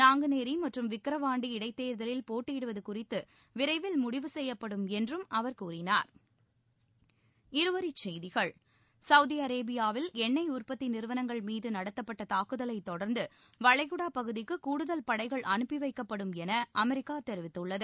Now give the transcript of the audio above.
நாங்குநேரி மற்றும் விக்கிரவாண்டி இடைத்தேர்தலில் போட்டியிடுவது குறிதது விரைவில் முடிவு செய்யப்படும் என்றும் அவர் கூறினார் இருவரிச்செய்திகள் சவுதி அரேபியாவில் எண்ணெய் உற்பத்தி நிறுவனங்கள் மீது நடத்தப்பட்ட தாக்குதலைத் தொடர்ந்து வளைகுடா பகுதிக்கு கூடுதல் படைகள் அனுப்பி வைக்கப்படும் என அமெரிக்கா தெரிவித்துள்ளது